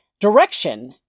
direction